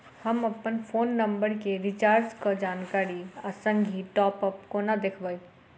हम अप्पन phone number केँ रिचार्जक जानकारी आ संगहि टॉप अप कोना देखबै?